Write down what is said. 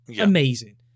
amazing